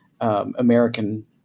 American